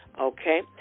Okay